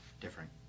different